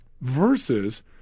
Versus